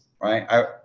right